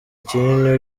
kinini